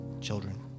children